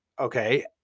Okay